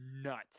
Nuts